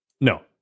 No